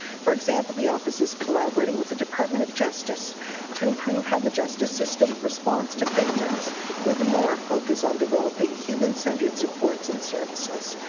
for example, the office is collaborating with the department of justice to improve how the justice system responds to victims with more focus on developing human-centred supports and services.